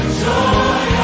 joy